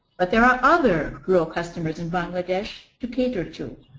but there are other rural customers in bangladesh to cater to.